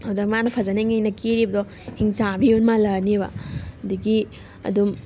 ꯑꯗꯨꯗ ꯃꯥꯅ ꯐꯖꯅꯕꯅꯦꯅ ꯀꯦꯔꯤꯕꯗꯣ ꯍꯤꯡꯆꯥꯕꯤ ꯑꯣꯏꯅ ꯃꯥꯜꯂꯛꯑꯅꯦꯕ ꯑꯗꯒꯤ ꯑꯗꯨꯝ